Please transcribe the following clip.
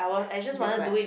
just like